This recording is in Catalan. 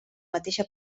mateixa